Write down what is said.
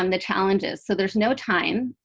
um the challenges. so there's no time